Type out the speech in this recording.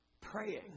praying